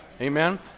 Amen